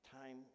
Time